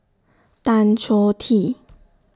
Tan Choh Tee